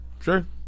Sure